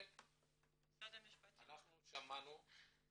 אנחנו שמענו.